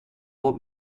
wat